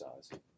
size